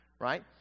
Right